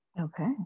Okay